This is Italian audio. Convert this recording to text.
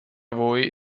voi